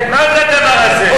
מה זה הדבר הזה?